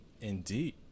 indeed